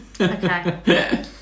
Okay